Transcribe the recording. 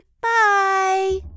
Bye